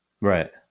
Right